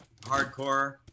hardcore